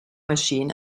machine